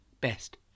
best